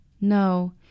No